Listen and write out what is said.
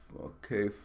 Okay